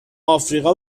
آفریقا